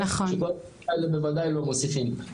שכל אלה בוודאי לא מוסיפים.